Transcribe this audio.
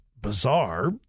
bizarre